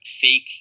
fake